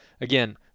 again